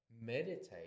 meditate